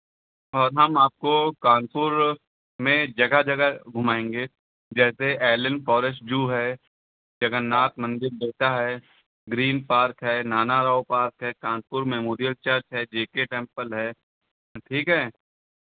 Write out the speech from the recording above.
और हम आपको कानपुर में जगह जगह घुमाएँगे जैसे एलेन फ़ॉरेस्ट जू है जगन्नाथ मंदिर बेहटा है ग्रीन पार्क है नानाराव पार्क है कानपुर मेमोरियल चर्च है जे के टेम्पल है ठीक है